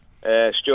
Stuart